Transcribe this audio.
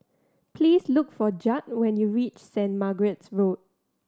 please look for Judd when you reach Saint Margaret's Road